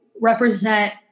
represent